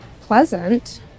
pleasant